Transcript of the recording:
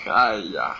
!aiya!